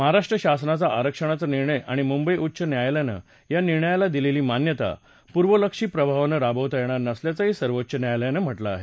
महाराष्ट्र शासनाचा आरक्षणाचा निर्णय आणि मुंबई उच्च न्यायायलयानं या निर्णयाला दिलेली मान्यता पूर्वलक्षी प्रभावानं राबवता येणार नसल्याचंही सर्वोच्च न्यायालयानं म्हटलं आहे